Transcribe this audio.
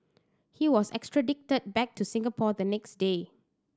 he was extradited back to Singapore the next day